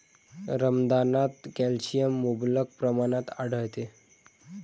रमदानात कॅल्शियम मुबलक प्रमाणात आढळते